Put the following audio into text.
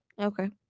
Okay